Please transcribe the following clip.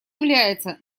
является